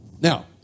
Now